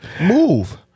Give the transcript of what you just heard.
Move